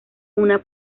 una